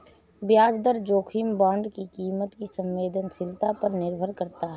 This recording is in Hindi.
ब्याज दर जोखिम बांड की कीमत की संवेदनशीलता पर निर्भर करता है